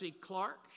Clark